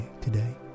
today